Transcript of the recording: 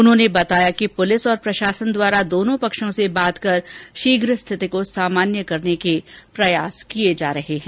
उन्होंने बताया कि पुलिस और प्रशासन द्वारा दोनों पक्षों से बात कर शीघ्र स्थिति को सामान्य करने के प्रयास किये जा रहे हैं